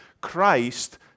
Christ